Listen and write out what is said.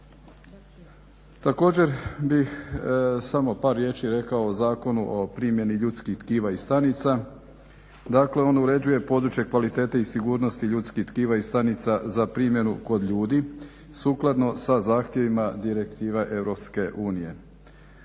Također bih samo par riječi rekao o Zakonu o primjeni ljudskih tkiva i stanica. Dakle, on uređuje područje kvalitete i sigurnosti ljudskih tkiva i stanica za primjenu kod ljudi sukladno sa zahtjevima Direktive EU.